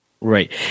Right